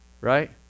Right